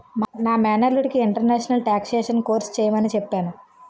మా మేనల్లుడికి international taxation course చెయ్యమని చెప్పాను